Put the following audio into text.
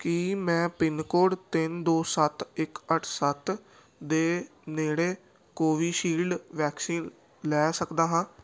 ਕੀ ਮੈਂ ਪਿਨਕੋਡ ਤਿੰਨ ਦੋ ਸੱਤ ਇੱਕ ਅੱਠ ਸੱਤ ਦੇ ਨੇੜੇ ਕੋਵੀਸ਼ਿਲਡ ਵੈਕਸੀਨ ਲੈ ਸਕਦਾ ਹਾਂ